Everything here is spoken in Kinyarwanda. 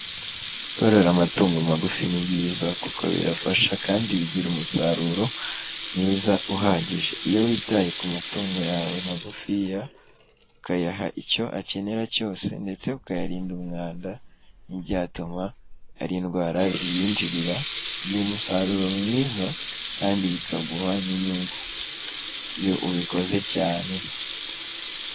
Korora amatungo magufi ni byiza kuko birafasha kandi bigira umusaruro mwiza uhagije, iyo witaye ku matungo yawe magufiya ukayaha icyo akenera cyose ndetse ukayarinda umwanda ntibyatuma hari indwara ziyinjirira, biguha umusaruro mwiza kandi bikaguha n'inyungu iyo ubikoze cyane.